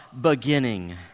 beginning